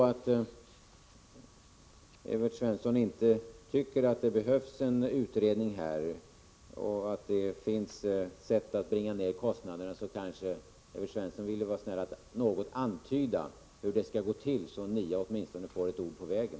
Om Evert Svensson inte tycker att det behövs en utredning och anser att det finns sätt att bringa ned kostnaderna, kanske han vill något antyda hur det skall gå till, så att NIA åtminstone får ett ord på vägen.